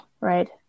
Right